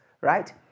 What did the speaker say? right